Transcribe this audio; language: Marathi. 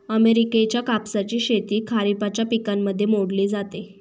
अमेरिकेच्या कापसाची शेती खरिपाच्या पिकांमध्ये मोडली जाते